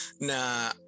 na